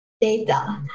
data